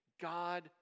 God